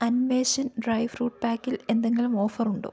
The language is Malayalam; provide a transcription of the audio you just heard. അൻവേശൻ ഡ്രൈ ഫ്രൂട്ട് പാക്കിൽ എന്തെങ്കിലും ഓഫർ ഉണ്ടോ